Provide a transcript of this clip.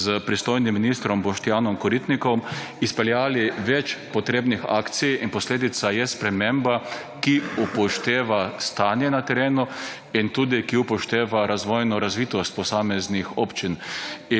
s pristojnim ministrom Boštjanom Koritnikom. Izpeljali več potrebni akcij in posledica je sprememba, ki upošteva stanje na terenu in tudi ki upošteva razvojno razvitost posameznih občin.